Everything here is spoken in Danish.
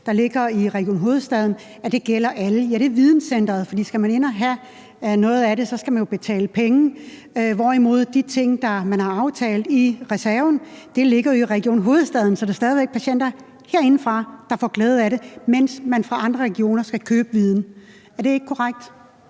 der ligger i Region Hovedstaden, så gælder det alle. Ja, det er i forhold til videncentret. For skal man ind og have noget af det, skal man jo betale penge, hvorimod de ting, man har aftalt i reserven, ligger i Region Hovedstaden. Så der er stadig væk patienter herindefra, der får glæde af det, mens man fra andre regioner skal købe viden. Er det ikke korrekt?